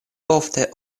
ofte